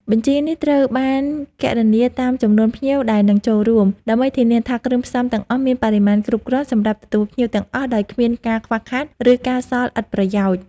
បញ្ជីនេះត្រូវបានគណនាតាមចំនួនភ្ញៀវដែលនឹងចូលរួម ដើម្បីធានាថាគ្រឿងផ្សំទាំងអស់មានបរិមាណគ្រប់គ្រាន់សម្រាប់ទទួលភ្ញៀវទាំងអស់ដោយគ្មានការខ្វះខាត ឬការសល់ឥតប្រយោជន៍